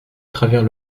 travers